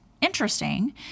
interesting